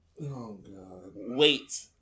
Wait